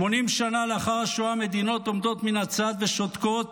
80 שנה לאחר השואה מדינות עומדות מן הצד ושותקות